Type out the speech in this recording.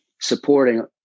supporting